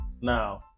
Now